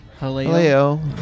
Haleo